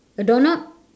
a doorknob